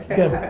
good.